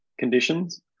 conditions